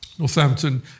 Northampton